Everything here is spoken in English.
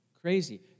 Crazy